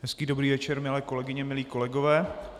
Hezký dobrý večer, milé kolegyně, milí kolegové.